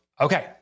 Okay